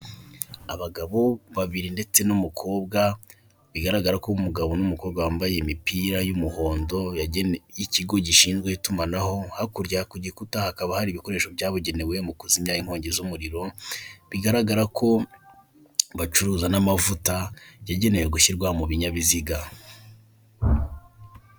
Abagabo babiri ndetse n'umukobwa, bigaragara ko umugabo n'umukobwa wambaye imipira y'umuhondo yagene ikigo gishinzwe itumanaho, hakurya ku gikuta hakaba hari ibikoresho byabugenewe mu kuzimya inkongi z'umuriro, bigaragara ko bacuruza n'amavuta yagenewe gushyirwa mu binyabiziga.